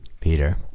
Peter